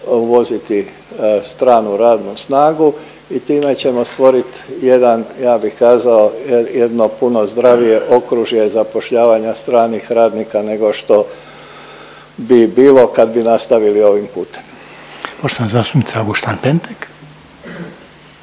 uvoziti stranu radnu snagu i time ćemo stvoriti jedan ja bih kazao jedno puno zdravije okružje zapošljavanja stranih radnika nego što bi bilo kad bi nastavili ovim putem. **Reiner, Željko